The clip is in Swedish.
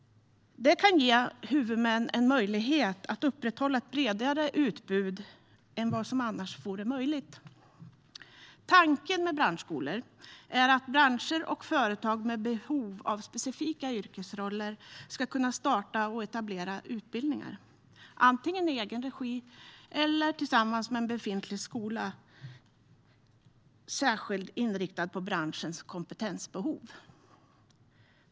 Det kan ge huvudmän möjlighet att upprätthålla ett bredare utbud än vad som annars vore möjligt. Tanken med branschskolor är att branscher och företag med behov av specifika yrkesroller ska kunna starta och etablera utbildningar, antingen i egen regi eller tillsammans med en befintlig skola särskilt inriktad på branschens kompetensbehov.